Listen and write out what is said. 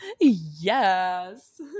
Yes